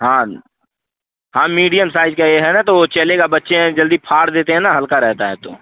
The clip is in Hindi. हाँ हाँ मीडियम साइज का ये है ना तो वो चलेगा बच्चे हैं जल्दी फाड़ देते हैं ना हल्का रहता है तो